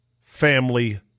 family